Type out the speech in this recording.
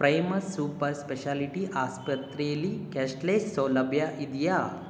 Primus super speciality ಆಸ್ಪತ್ರೆಲಿ cashless ಸೌಲಭ್ಯ ಇದೆಯೇ